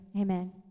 Amen